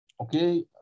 okay